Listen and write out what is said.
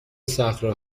صخره